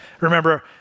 Remember